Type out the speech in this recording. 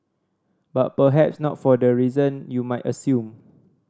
but perhaps not for the reasons you might assume